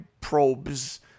probes